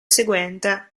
seguente